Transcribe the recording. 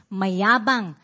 mayabang